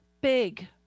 Big